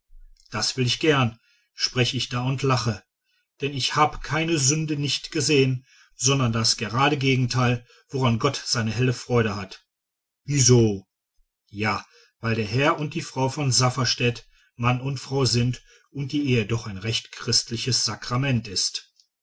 das will ich gern sprech ich da und lache denn ich hab keine sünde nicht gesehen sondern das gerade gegenteil woran gott seine helle freude hat wieso ja weil der herr und die frau von safferstätt mann und frau sind und die ehe doch ein rechtes christliches sakrament ist